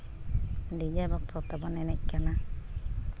DJ ᱵᱚᱠᱥᱚ ᱛᱮᱵᱚᱱ ᱮᱱᱮᱡ ᱠᱟᱱᱟ